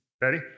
Ready